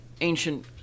ancient